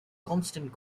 constant